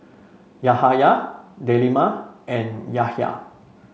Yahaya Delima and Yahya